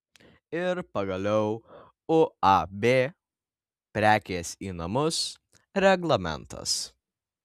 ir pagaliau uab prekės į namus reglamentas